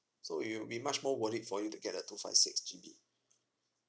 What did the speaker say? so it'll be much more worth it for you to get a two five six G_B